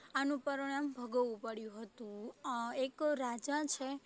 આનું પરિણામ ભોગવવું પડ્યું હતું એક રાજા છે